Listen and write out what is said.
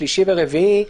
שלישי ורביעי.